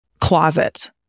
closet